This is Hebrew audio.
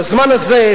בזמן הזה,